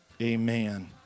amen